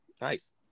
Nice